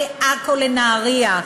לעכו ולנהריה,